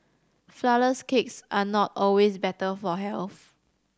flourless cakes are not always better for health